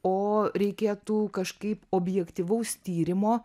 o reikėtų kažkaip objektyvaus tyrimo